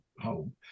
home